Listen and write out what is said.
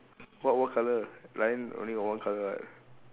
what what colour lion only got one colour what